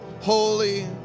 holy